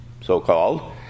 so-called